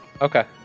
Okay